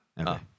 Okay